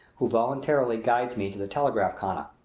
who voluntarily guides me to the telegraph-khana.